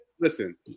Listen